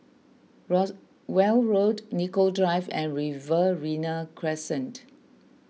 Rowell Road Nicoll Drive and Riverina Crescent